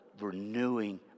renewing